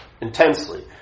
intensely